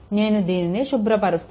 నేను దీనిని శుభ్రపరుస్తాను